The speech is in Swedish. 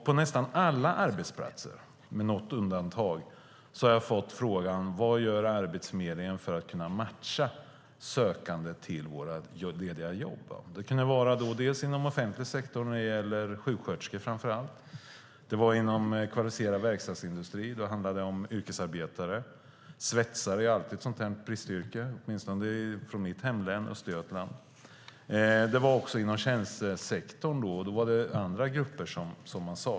På nästan alla arbetsplatser, med något undantag, fick jag frågan: Vad gör Arbetsförmedlingen för att kunna matcha sökande till våra lediga jobb? Inom offentlig sektor kunde det gälla framför allt sjuksköterskor. Inom kvalificerad verkstadsindustri handlade det om yrkesarbetare. Svetsare är alltid ett bristyrke, åtminstone i mitt hemlän Östergötland. Det var också inom tjänstesektorn, och då saknade man andra grupper.